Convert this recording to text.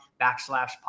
backslash